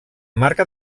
marca